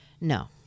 No